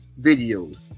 Videos